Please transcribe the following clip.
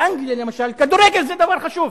באנגליה, למשל, כדורגל זה חשוב.